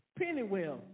Pennywell